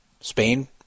Spain